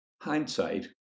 Hindsight